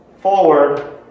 forward